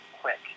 Quick